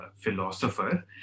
philosopher